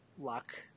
luck